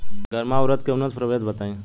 गर्मा उरद के उन्नत प्रभेद बताई?